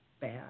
bad